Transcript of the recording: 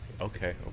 Okay